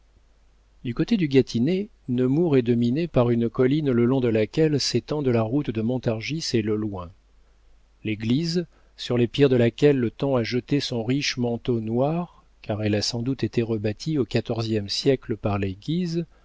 du côté du gâtinais nemours est dominé par une colline le long de laquelle s'étendent la route de montargis et le loing l'église sur les pierres de laquelle le temps a jeté son riche manteau noir car elle a sans doute été rebâtie au quatorzième siècle par les